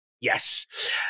yes